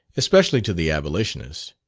especially to the abolitionists.